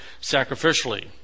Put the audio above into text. sacrificially